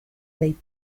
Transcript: dei